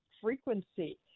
frequency